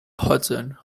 hudson